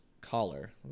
caller